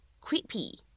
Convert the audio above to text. creepy